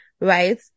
right